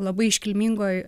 labai iškilmingoj